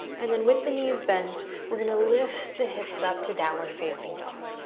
and then with the knees bent, we're gonna lift the hips up to downward-facing dog.